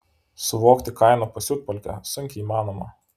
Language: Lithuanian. suvokti kainų pasiutpolkę sunkiai įmanoma